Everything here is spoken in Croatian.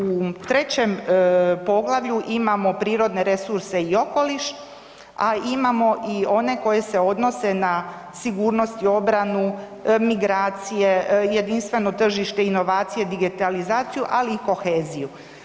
U trećem poglavlju imamo prirodne resurse i okoliš a imamo i one koji se odnose na sigurnost i obranu, migracije, jedinstveno tržište, inovaciju, digitalizaciju ali i koheziju.